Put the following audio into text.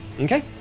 okay